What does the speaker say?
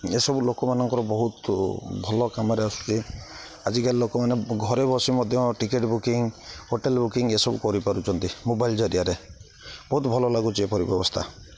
ଏସବୁ ଲୋକମାନଙ୍କର ବହୁତ ଭଲ କାମରେ ଆସୁଛେ ଆଜିକାଲି ଲୋକମାନେ ଘରେ ବସି ମଧ୍ୟ ଟିକେଟ୍ ବୁକିଙ୍ଗ୍ ହୋଟେଲ୍ ବୁକିଙ୍ଗ୍ ଏସବୁ କରିପାରୁଛନ୍ତି ମୋବାଇଲ୍ ଜରିଆରେ ବହୁତ ଭଲ ଲାଗୁଛି ଏ ପରି ବ୍ୟବସ୍ଥା